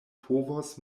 povos